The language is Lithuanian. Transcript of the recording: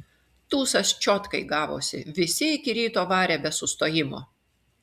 tūsas čiotkai gavosi visi iki ryto varė be sustojimo